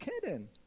kidding